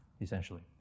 essentially